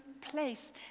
place